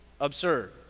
absurd